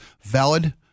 valid